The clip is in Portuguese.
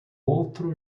outro